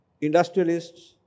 industrialists